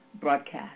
broadcast